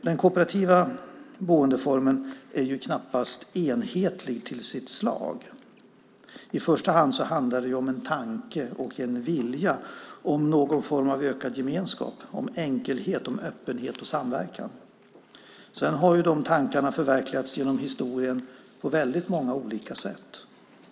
Den kooperativa boendeformen är knappast enhetlig till sitt slag. I första hand handlar det om en tanke och en vilja, om någon form av ökad gemenskap, om enkelhet, om öppenhet och samverkan. Sedan har de tankarna förverkligats genom historien på väldigt många olika sätt.